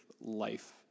life